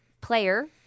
player